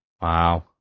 Wow